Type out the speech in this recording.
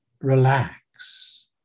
relax